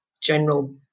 general